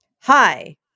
Hi